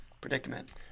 predicament